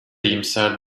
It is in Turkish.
iyimser